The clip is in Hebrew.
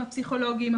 הפסיכולוגיים,